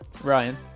Ryan